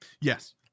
Yes